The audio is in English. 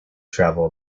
travel